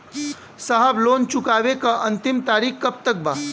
साहब लोन चुकावे क अंतिम तारीख कब तक बा?